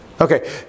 Okay